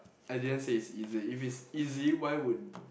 I didn't say it's easy if it's easy why would